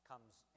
comes